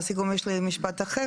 לסיכום יש לי משפט אחר,